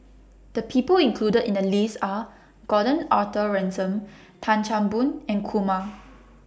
The People included in The list Are Gordon Arthur Ransome Tan Chan Boon and Kumar